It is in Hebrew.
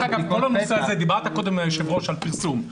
דרך אגב, אדוני היושב-ראש, דיברת קודם על פרסום.